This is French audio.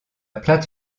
plate